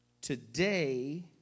Today